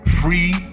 free